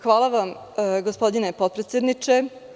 Hvala vam, gospodine potpredsedniče.